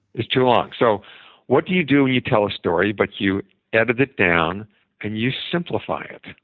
it's too long. so what do you do when you tell a story, but you edit it down and you simplify it?